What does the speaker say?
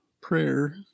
prayer